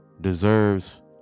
deserves